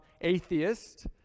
atheist